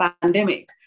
pandemic